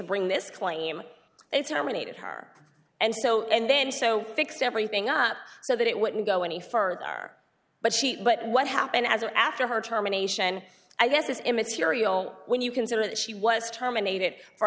bring this claim it terminated her and so and then so fixed everything up so that it wouldn't go any further but she but what happened as a after her term an asian i guess is immaterial when you consider that she was terminated for